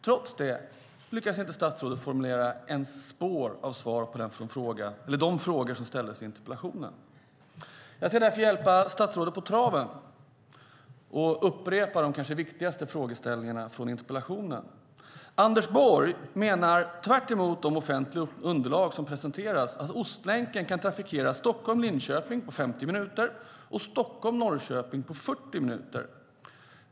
Trots det lyckas statsrådet inte formulera ens spår av svar på de frågor som ställs i interpellationen. Jag ska därför hjälpa statsrådet på traven och upprepa de viktigaste frågorna i interpellationen. Anders Borg menar beträffande Ostlänken, tvärtemot de offentliga underlag som presenterats, att Stockholm-Linköping kan trafikeras på 50 minuter och Stockholm-Norrköping på 40 minuter.